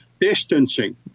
Distancing